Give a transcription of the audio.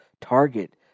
Target